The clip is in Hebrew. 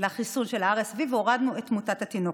לחיסול של ה-RSV, והורדנו את תמותת התינוקות.